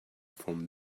from